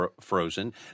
frozen